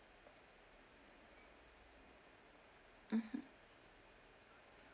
mmhmm